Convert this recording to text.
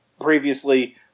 previously